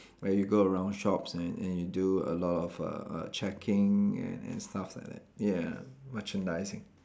where you go around shops and and you do a lot of uh uh checking and and stuff like that ya merchandising